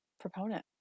proponent